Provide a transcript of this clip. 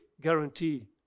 guarantee